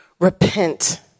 Repent